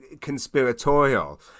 conspiratorial